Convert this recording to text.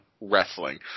wrestling